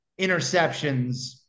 interceptions